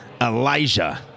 Elijah